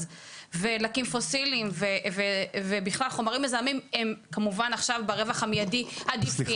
ודלקים פוסיליים ובכלל חומרים מזהמים הם כמובן עכשיו ברווח המיידי עדיפים.